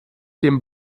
dem